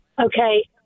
Okay